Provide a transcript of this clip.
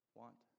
want